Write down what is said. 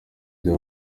rya